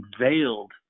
veiled